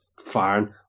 firing